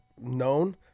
known